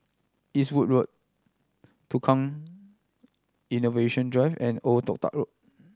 Eastwood Road Tukang Innovation Drive and Old Toh Tuck Road